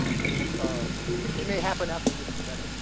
i mean um it may happen after this event.